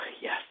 yes